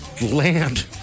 land